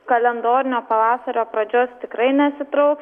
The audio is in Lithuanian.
kalendorinio pavasario pradžios tikrai nesitrauks